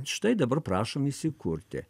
štai dabar prašom įsikurti